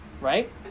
right